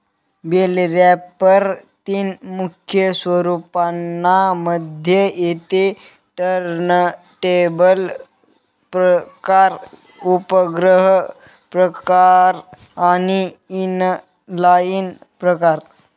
bell wrapper तीन मुख्य स्वरूपांना मध्ये येते टर्नटेबल प्रकार, उपग्रह प्रकार आणि इनलाईन प्रकार